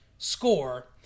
Score